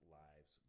lives